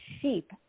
sheep